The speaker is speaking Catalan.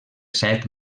set